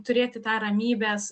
turėti tą ramybės